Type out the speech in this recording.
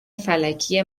فلکی